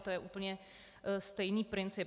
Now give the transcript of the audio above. To je úplně stejný princip.